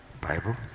Bible